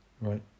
Right